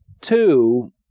Two